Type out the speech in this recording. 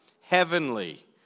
Heavenly